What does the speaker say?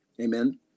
Amen